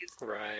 Right